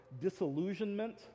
disillusionment